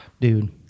dude